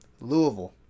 Louisville